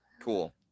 Cool